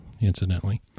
incidentally